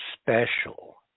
special